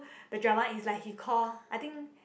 the drama is like he call I think